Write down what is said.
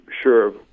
sure